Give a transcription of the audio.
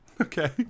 Okay